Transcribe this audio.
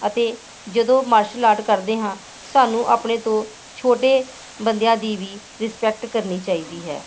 ਅਤੇ ਜਦੋਂ martial art ਕਰਦੇ ਹਾਂ ਸਾਨੂੰ ਆਪਣੇ ਤੋਂ ਛੋਟੇ ਬੰਦਿਆਂ ਦੀ ਵੀ ਰਿਸਪੈਕਟ ਕਰਨੀ ਚਾਹੀਦੀ ਹੈ